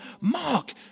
Mark